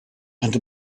and